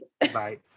Bye